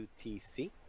UTC